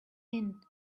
inn